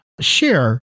share